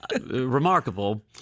Remarkable